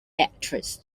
actress